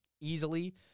easily